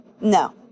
no